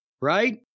right